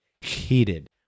heated